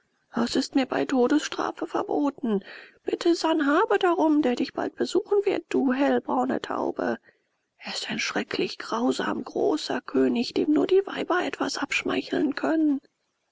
das ist mir bei todesstrafe verboten bitte sanhabe darum der dich bald besuchen wird du hellbraune taube er ist ein schrecklich grausam großer könig dem nur die weiber etwas abschmeicheln können